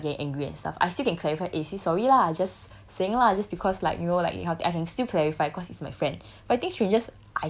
so what and then like start get angry and stuff I still can clarify eh say sorry lah just saying lah just because like you know like eh how as in still clarify cause it's my friend